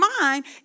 mind